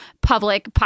public